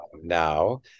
now